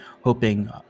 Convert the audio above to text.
hoping